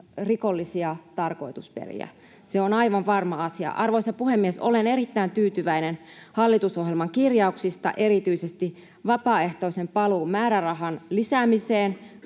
kaidalla tiellä. Se on aivan varma asia. Arvoisa puhemies! Olen erittäin tyytyväinen hallitusohjelman kirjauksiin erityisesti vapaaehtoisen paluun määrärahan lisäämisestä,